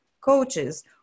coaches